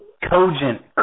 cogent